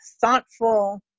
thoughtful